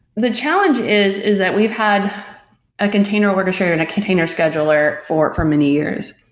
the challenge is is that we've had a container orchestrator and a container scheduler for for many years.